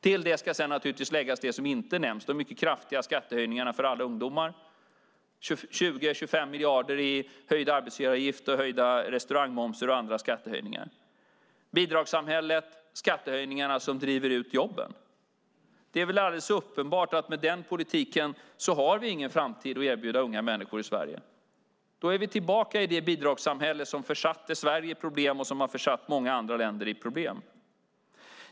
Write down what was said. Till det ska sedan naturligtvis läggas det som inte nämns: de mycket kraftiga skattehöjningarna för alla ungdomar, 20-25 miljarder i höjda arbetsgivaravgifter, höjd restaurangmoms och andra skattehöjningar. Det handlar om bidragssamhället och skattehöjningarna som driver ut jobben. Det är väl alldeles uppenbart att vi med den politiken inte har någon framtid att erbjuda unga människor i Sverige. Då är vi tillbaka i det bidragssamhälle som försatte Sverige i problem och som har försatt många andra länder i problem.